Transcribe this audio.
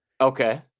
Okay